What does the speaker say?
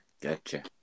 Gotcha